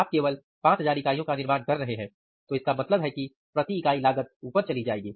आप केवल 5000 इकाइयों का निर्माण कर रहे हैं तो इसका मतलब है कि प्रति इकाई लागत ऊपर चली जाएगी